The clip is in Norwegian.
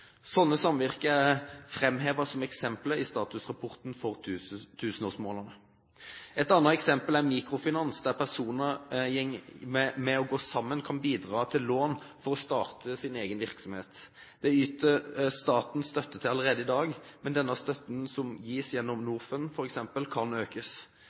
samvirker er framhevet som eksempler i statusrapporten for tusenårsmålene. Et annet eksempel er mikrofinans, der personer ved å gå sammen kan bidra til lån for å starte egen virksomhet. Dette yter staten støtte til allerede i dag, men denne støtten, som gis gjennom f.eks. Norfund, kan økes.